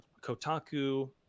Kotaku